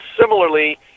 similarly